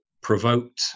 provoked